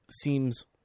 seems